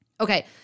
Okay